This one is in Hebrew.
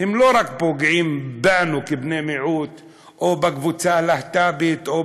לא רק פוגעים בנו כבני מיעוט או בקבוצה הלהט"בית או